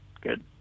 good